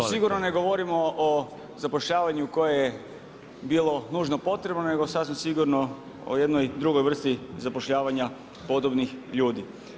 Tu sigurno ne govorimo o zapošljavanju koje je bilo nužno potrebno nego sasvim sigurno o jednoj drugoj vrsti zapošljavanja podobnih ljudi.